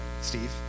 Steve